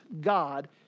God